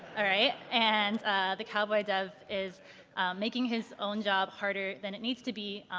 right? and the cowboy kind of is making his own job harder than it needs to be,